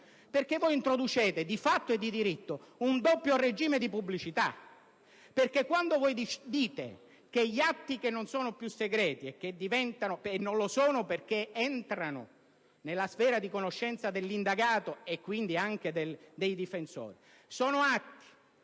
perché voi introducete, di fatto e di diritto, un doppio regime di pubblicità. Infatti, quando dite che gli atti non sono più segreti - e non lo sono perché entrano nella sfera di conoscenza dell'indagato e quindi anche dei difensori - sono atti